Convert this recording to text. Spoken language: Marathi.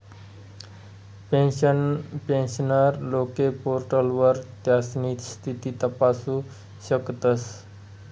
पेन्शनर लोके पोर्टलवर त्यास्नी स्थिती तपासू शकतस